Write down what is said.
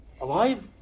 alive